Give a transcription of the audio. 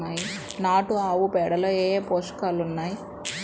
నాటు ఆవుపేడలో ఏ ఏ పోషకాలు ఉన్నాయి?